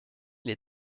les